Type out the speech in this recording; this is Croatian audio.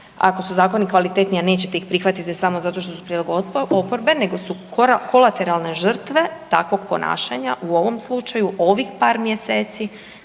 Ako su zakoni kvalitetni, a nećete ih prihvatiti samo zato što su prijedlog oporbe nego su kolateralne žrtve takvog ponašanja u ovom slučaju ovih par mjeseci